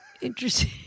Interesting